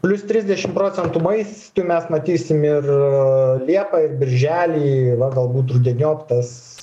plius trisdešim procentų maistui mes matysim ir liepą ir birželį galbūt rudeniop tas